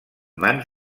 mans